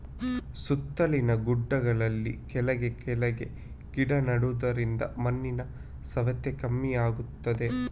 ಸುತ್ತಲಿನ ಗುಡ್ಡೆಗಳಲ್ಲಿ ಕೆಳಗೆ ಕೆಳಗೆ ಗಿಡ ನೆಡುದರಿಂದ ಮಣ್ಣಿನ ಸವೆತ ಕಮ್ಮಿ ಆಗ್ತದೆ